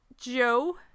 Joe